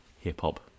hip-hop